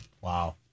wow